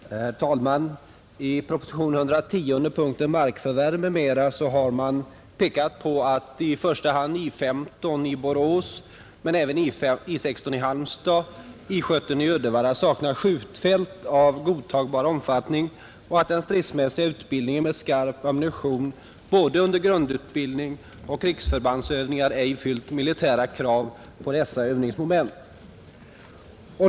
Herr talman! I proposition nr 110, under punkten Markförvärv för övningsfält m.m., har man pekat på att i första hand I 15 i Borås men även I 16 i Halmstad och I 17 i Uddevalla saknar skjutfält av godtagbar omfattning och att den stridsmässiga utbildningen med skarp ammunition varken under grundutbildning eller vid krigsförbandsövningar fyllt militära krav på dessa övningsmoment.